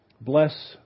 Bless